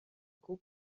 خوب